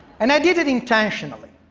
and i did it intentionally.